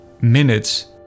minutes